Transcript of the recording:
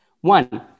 One